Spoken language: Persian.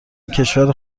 کشور